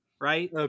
right